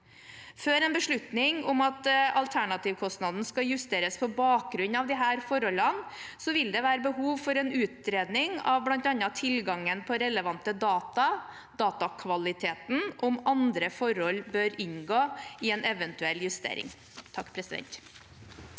Før en beslutning om at alternativkostnaden skal justeres på bakgrunn av disse forholdene, vil det være behov for en utredning av bl.a. tilgangen på relevante data og datakvaliteten, og om andre forhold bør inngå i en eventuell justering. Presidenten